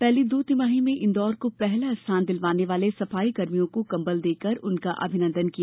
पहली दो तिमाही में इंदौर को पहला स्थान दिलवाने वाले सफाई कर्मियों को कंबल देकर उनका अभिनंदन किया